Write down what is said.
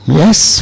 yes